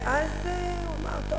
ואז הוא אמר: טוב,